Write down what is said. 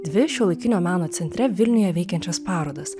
dvi šiuolaikinio meno centre vilniuje veikiančias parodas